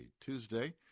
Tuesday